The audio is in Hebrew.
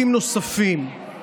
נוספים